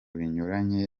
binyuranye